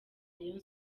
rayon